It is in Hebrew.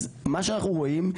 מה שאנחנו רואים,